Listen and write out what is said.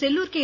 Sellur K